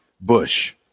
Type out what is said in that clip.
bush